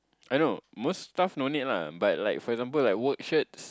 I know most stuff no need lah but like for example like work shirts